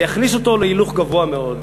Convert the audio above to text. ויכניסו אותו להילוך גבוה מאוד,